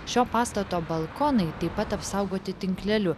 šio pastato balkonai taip pat apsaugoti tinkleliu